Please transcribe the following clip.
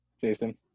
Jason